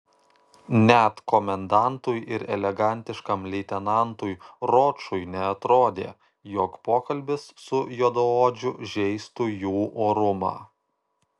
net komendantui ir elegantiškam leitenantui ročui neatrodė jog pokalbis su juodaodžiu žeistų jų orumą